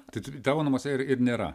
tai tavo namuose ir ir nėra